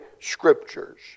Scriptures